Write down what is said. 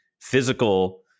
physical